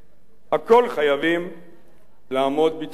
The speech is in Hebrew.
הכול חייבים לעמוד בהתחייבויותיהם.